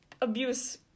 abuse